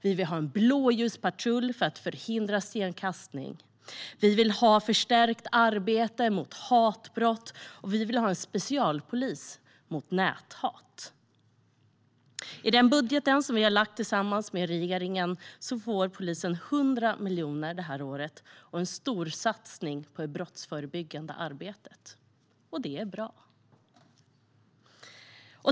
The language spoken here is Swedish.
Vi vill ha en blåljuspatrull för att förhindra stenkastning. Vi vill ha förstärkt arbete mot hatbrott. Vi vill ha en specialpolis mot näthat. I den budget som vi har lagt fram tillsammans med regeringen får polisen 100 miljoner det här året och en storsatsning på det brottsförebyggande arbetet. Det är bra.